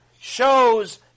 shows